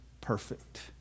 perfect